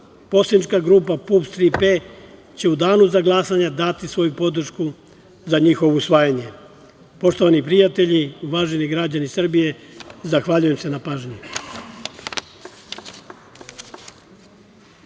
poslanička grupa PUPS – „Tri P“ će u danu za glasanje dati svoju podršku za njihovo usvajanje. Poštovani prijatelji, uvaženi građani Srbije, zahvaljujem se na pažnji.